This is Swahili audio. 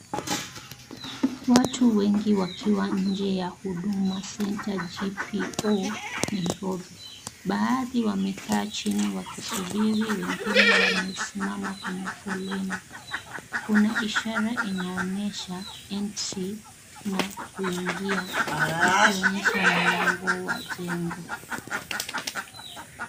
Watu wengi wakiwa nje ya huduma senta (cs)G.P.O.(cs) Nairobi, baadhi wamekaa chini wakisubiri wengine wamesimama kwenye foleni, kuna ishara inaonyesha (cs)Entry(cs) na kuingia ikionyesha mlango wa jengo.